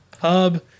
hub